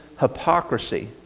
hypocrisy